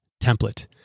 template